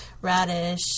radish